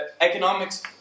economics